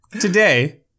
Today